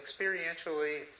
experientially